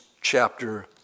chapter